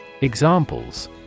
Examples